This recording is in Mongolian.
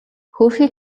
хөөрхий